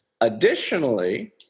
Additionally